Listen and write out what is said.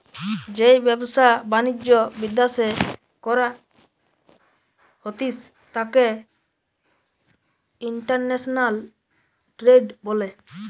যেই ব্যবসা বাণিজ্য বিদ্যাশে করা হতিস তাকে ইন্টারন্যাশনাল ট্রেড বলে